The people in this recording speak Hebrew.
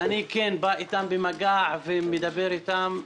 אני כן בא איתם במגע, ומדבר איתם,